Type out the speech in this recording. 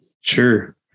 sure